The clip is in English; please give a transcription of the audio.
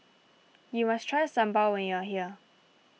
you must try Sambal when you are here